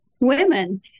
women